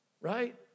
right